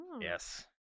Yes